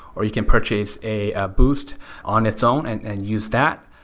or you can purchase a ah boost on its own and and use that.